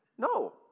No